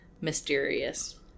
mysterious